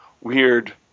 weird